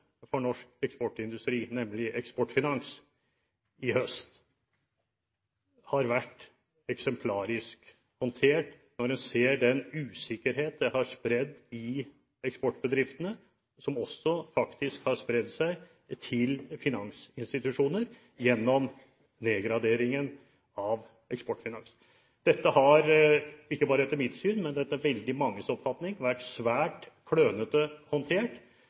for norsk eksportindustri, nemlig Eksportfinans, i høst har vært eksemplarisk, når en ser den usikkerhet det har spredd i eksportbedriftene, som faktisk også har spredd seg til finansinstitusjoner gjennom nedgraderingen av Eksportfinans? Dette har, ikke bare etter mitt syn, men etter veldig manges oppfatning, vært svært klønete håndtert